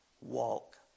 Walk